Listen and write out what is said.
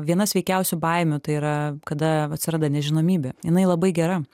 viena sveikiausių baimių tai yra kada atsiranda nežinomybė jinai labai gera